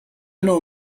نوع